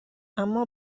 اما